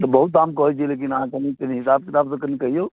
बहुत दाम कहैत छियै लेकिन अहाँ कनि हिसाब किताबसँ कनि कहियौ